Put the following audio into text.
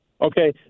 Okay